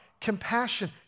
Compassion